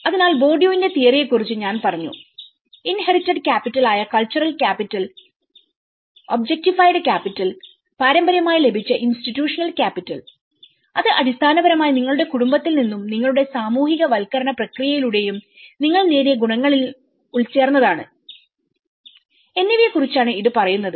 അതുപോലെ Bourdieu ന്റെ theory യെ കുറിച്ച് ഞാൻ പറഞ്ഞു ഇൻഹെറിട്ടഡ് ക്യാപിറ്റൽ ആയ കൾച്ചറൽ ക്യാപിറ്റൽഒബ്ജെക്റ്റിഫൈഡ് ക്യാപിറ്റൽ പാരമ്പര്യമായി ലഭിച്ച ഇൻസ്റ്റിറ്റ്യൂഷണൽ ക്യാപിറ്റൽ അത് അടിസ്ഥാനപരമായി നിങ്ങളുടെ കുടുംബത്തിൽ നിന്നും നിങ്ങളുടെ സാമൂഹികവൽക്കരണ പ്രക്രിയയിലൂടെയും നിങ്ങൾ നേടിയ ഗുണങ്ങളിൽ ഉൾച്ചേർന്നതാണ് എന്നിവയെ കുറിച്ചാണ് ഇത് പറയുന്നത്